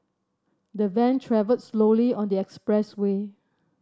the van travelled slowly on the expressway